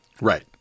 Right